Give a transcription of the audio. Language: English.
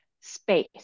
space